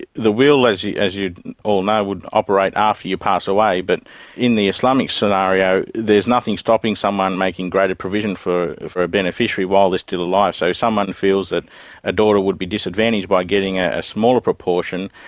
the the will as you as you all know would operate after you pass away, but in the islamic scenario there's nothing stopping someone making greater provision for for a beneficiary while they're still alive. alive. so if someone feels that a daughter would be disadvantaged by getting a a smaller proportion,